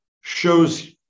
shows